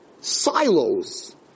silos